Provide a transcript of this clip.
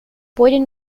boyden